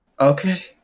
Okay